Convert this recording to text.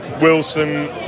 Wilson